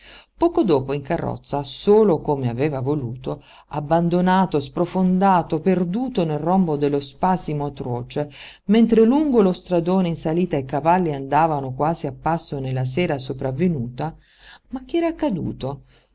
poco dopo in carrozza solo come aveva voluto abbandonato sprofondato perduto nel rombo dello spasimo atroce mentre lungo lo stradone in salita i cavalli andavano quasi a passo nella sera sopravvenuta ma che era accaduto